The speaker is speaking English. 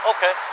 Okay